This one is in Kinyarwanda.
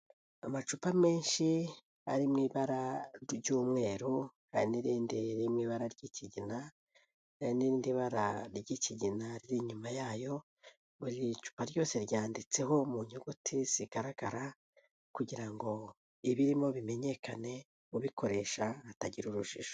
Amacupa menshi ari mw'ibara ry'umweru n' irinndiri rimwe ibara ry'ikigina n'ndi bara ry'ikigina riri inyuma yayo buriupa ryose ryanditseho mu nyuguti zigaragara kugira ngo ibirimo bimenyekane ubikoresha atagira urujijo.